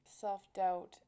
self-doubt